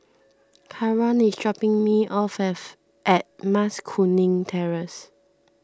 Caron is dropping me off at Mas Kuning Terrace